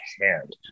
hand